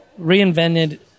reinvented